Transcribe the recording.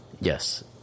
Yes